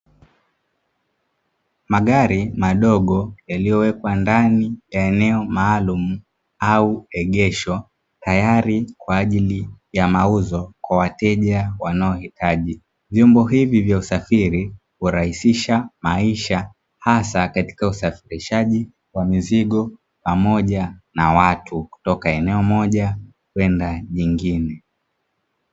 Magari madogo yaliyowekwa ndani ya eneo maalum au egesho tayari kwa ajili ya mauzo kwa wateja wanaohitaji. vyombo hivi vya usafiri hurahisisha maisha hasa katika usafirishaji wa mizigo pamoja na watu kutoka eneo moja kwenda jingine.